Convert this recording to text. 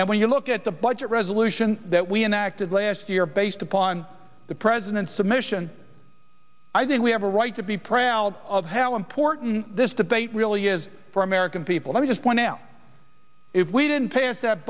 and when you look at the budget resolution that we enacted last year based upon the president's submission i think we have a right to be proud of how important this debate really is for american people let me just point out if we didn't pass that